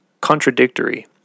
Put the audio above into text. contradictory